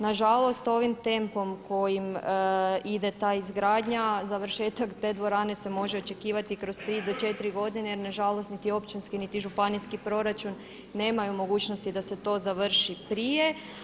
Nažalost ovim tempom kojim ide ta izgradnja završetak te dvorane se može očekivati kroz 3 do 4 godine jer nažalost niti općinski, niti županijski proračun nemaju mogućnosti da se to završi prije.